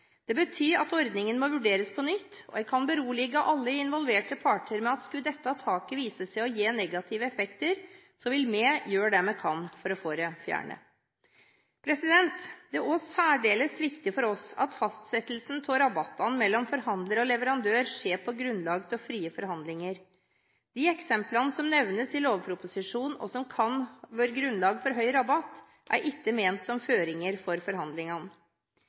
Det betyr at ordningen må vurderes på nytt, og jeg kan berolige alle involverte parter med at skulle dette taket vise seg å gi negative effekter, vil vi gjøre det vi kan for å få det fjernet. Det er også særdeles viktig for oss at fastsettelsen av rabattene mellom forhandler og leverandør skjer på grunnlag av frie forhandlinger. De eksemplene som nevnes i lovproposisjonen, og som kan være grunnlag for høy rabatt, er ikke ment som føringer for forhandlingene.